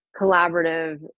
collaborative